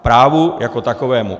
Právu jako takovému.